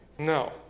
No